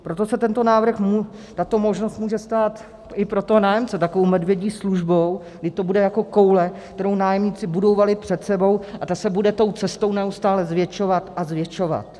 Proto se tato možnost může stát i pro toho nájemce takovou medvědí službou, kdy to bude jako koule, kterou nájemníci budou valit před sebou, a ta se bude tou cestou neustále zvětšovat a zvětšovat.